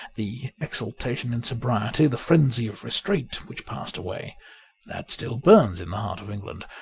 the exultation in sobriety, the frenzy of restraint, which passed away that still burns in the heart of england,